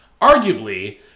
arguably